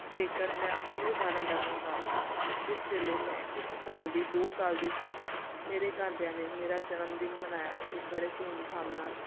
ਜੇਕਰ ਮੈਂ ਆਪਣੀ ਉਦਾਹਰਨ ਦੇਵਾ ਤਾਂ ਜਿਸ ਵੇਲੇ ਮੈਂ ਇੱਕ ਸਾਲ ਦੀ ਦੋ ਸਾਲ ਦੀ ਸੀ ਮੇਰੇ ਘਰਦਿਆਂ ਨੇ ਮੇਰਾ ਜਨਮ ਦਿਨ ਮਨਾਇਆ ਸੀ ਬੜੇ ਧੂਮ ਧਾਮ ਨਾਲ